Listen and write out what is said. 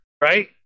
right